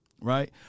right